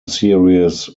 series